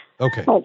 Okay